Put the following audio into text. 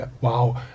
wow